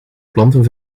planken